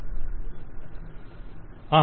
vendor okay